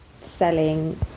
selling